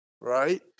right